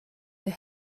your